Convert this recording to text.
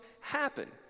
happen